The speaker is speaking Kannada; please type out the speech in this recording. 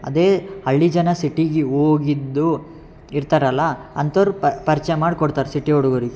ಅದೇ ಹಳ್ಳಿ ಜನ ಸಿಟಿಗೆ ಹೋಗಿದ್ದು ಇರ್ತಾರಲ್ಲ ಅಂಥವರು ಪರಿಚಯ ಮಾಡಿಕೊಡ್ತಾರೆ ಸಿಟಿ ಹುಡ್ಗರಿಗೆ